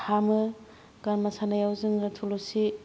हामो गारामा सानायाव जोङो थुलुंसि